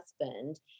husband